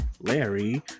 Larry